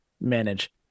manage